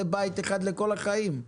זה בית אחד לכל החיים.